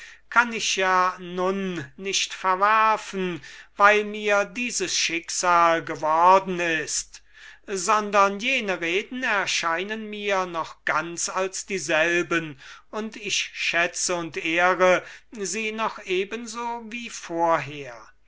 kann ich ja nun nicht verwerfen weil mir dieses schicksal geworden ist sondern jene reden erscheinen mir noch ganz als dieselben und ich schätze und ehre sie noch ebenso wie vorher